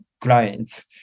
clients